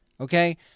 Okay